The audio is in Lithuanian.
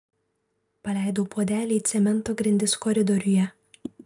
paleidau puodelį į cemento grindis koridoriuje